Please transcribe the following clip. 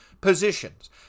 positions